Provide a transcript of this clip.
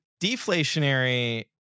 deflationary